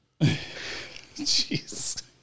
Jeez